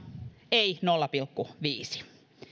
ei nolla pilkku viisi